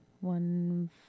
One